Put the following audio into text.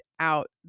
out